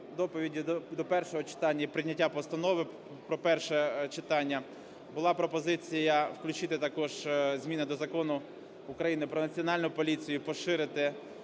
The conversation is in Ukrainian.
доповіді до першого читання і прийняття постанови про перше читання була пропозиція включити також зміни до Закону України "Про Національну поліцію" і поширити